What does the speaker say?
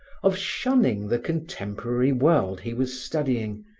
of shunning the contemporary world he was studying,